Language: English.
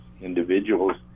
individuals